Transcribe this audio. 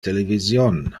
television